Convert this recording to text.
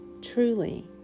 Truly